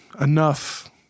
enough